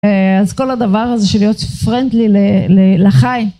אז כל הדבר הזה של להיות פרנדלי לחי.